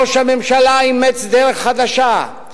ראש הממשלה אימץ דרך חדשה,